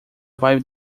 vai